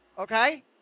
Okay